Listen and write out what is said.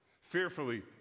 Fearfully